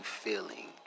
Feeling